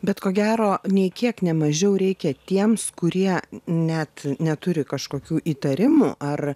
bet ko gero nė kiek nemažiau reikia tiems kurie net neturi kažkokių įtarimų ar